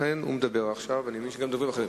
לכן הוא מדבר עכשיו, ואני מבין שגם דוברים אחרים.